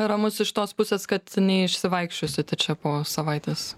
ramus iš tos pusės kad neišsivaikščiosit čia po savaitės